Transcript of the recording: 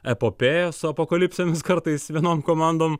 epopėja su apokalipsėmis kartais vienom komandom